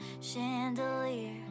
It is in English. chandelier